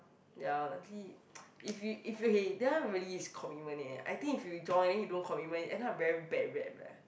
ya lucky if you if you okay that one is really commitment ah I think if you join then you don't commitment end up very bad very bad